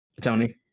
Tony